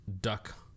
duck